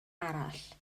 arall